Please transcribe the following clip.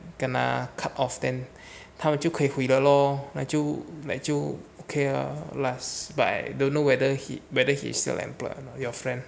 gonna cut off them 他们就可以回的 lor 那就 like 就 okay ah last by don't know whether he whether he still employed or not your friend